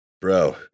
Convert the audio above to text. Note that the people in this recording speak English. bro